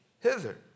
hither